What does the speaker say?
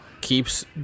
Keeps